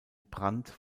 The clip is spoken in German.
brand